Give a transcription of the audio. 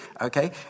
okay